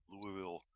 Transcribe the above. Louisville